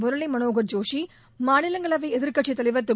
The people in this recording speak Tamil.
முரளி மனோகர் ஜோஷி மாநிலங்களவை எதிர்க்கட்சித் தலைவர் திரு